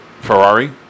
Ferrari